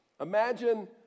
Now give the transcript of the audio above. imagine